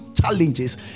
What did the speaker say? challenges